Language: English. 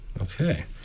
Okay